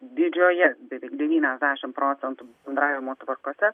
didžioje beveik devyniasdešimt procentų bendravimo tvarkose